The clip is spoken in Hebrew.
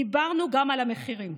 דיברנו גם על המחירים.